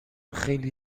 خیلی